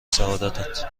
سعادتت